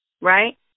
right